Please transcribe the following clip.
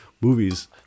movies